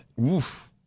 Oof